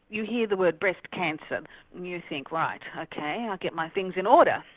you hear the word breast cancer and you think right, okay, i'll get my things in order.